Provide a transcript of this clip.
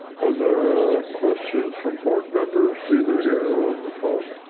are there questions from board members either here on the phone.